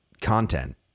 content